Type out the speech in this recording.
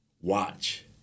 watch